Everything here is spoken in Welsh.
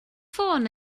ffôn